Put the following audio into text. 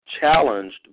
challenged